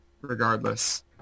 regardless